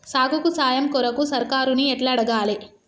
సాగుకు సాయం కొరకు సర్కారుని ఎట్ల అడగాలే?